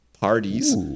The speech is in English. parties